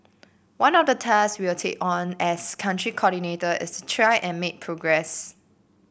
one of the tasks we'll take on as Country Coordinator is to try and make progress